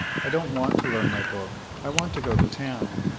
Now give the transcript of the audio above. i don't want to learn my book i want to go to town!